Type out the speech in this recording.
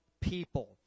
people